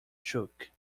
shook